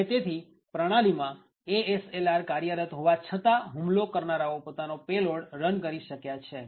અને તેથી પ્રણાલીમાં ASLR કાર્યરત હોવા છતાં હુમલો કરનારાઓ પોતાનો પેલોડ રન કરી શક્યા છે